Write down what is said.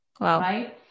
right